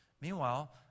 Meanwhile